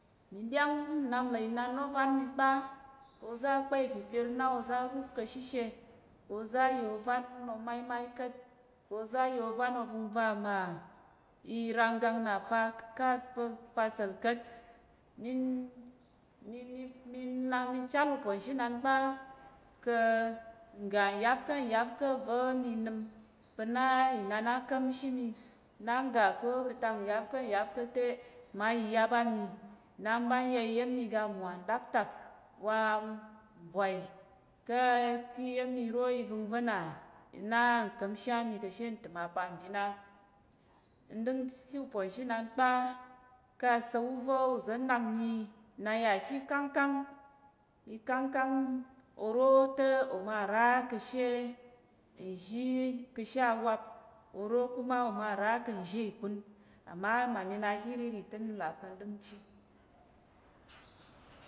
N ɗyáng nnap nlà inan ôvan mi kpa, oza̱ á kpan ipipir na oza̱ á rup ka̱ shishe, oza̱ á yà ovan omaimai ka̱t, oza̱ á yà ovan ovəng va mà iranggang na pa ka̱t pa̱ pal asa̱l ka̱t. mi mi mi nak mi chal uponzhi nan kpa ka̱ nggga nyap ká̱ nyap va̱ mi nəm pa̱ na inan á ka̱mshi mi na n ga ká̱ ka̱ tak nyap ká̱ nyap ká̱ te, mma yiyap á mi na m ɓa n ya iya̱m iga mmwa nɗaktak wa mbwai ka̱ ká̱ iya̱m iro ivəng va̱ na na nka̱mshi á mi ka̱ she ntəm apalbin á. N ɗenchi ûponzhi nan kpa ká̱ asa̱l wu va̱ uza̱ nak mi na n yà ká̱ ikangkang, ikangkang, oro te oma ra ka̱ she nzhi ka̱ she awap, oro kuma oma ra ka̱ nzhi ikun, ama mma mi na ki iríri te mi là pa̱ nɗəngchi.